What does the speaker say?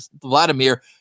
Vladimir